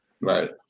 Right